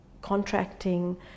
contracting